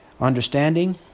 understanding